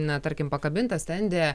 na tarkim pakabinta stende